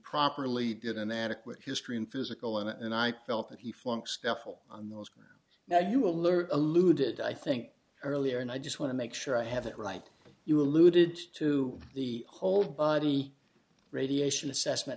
properly did an adequate history and physical and i felt that he flung scuffle on those now you alert eluded i think earlier and i just want to make sure i have it right you alluded to the whole body radiation assessment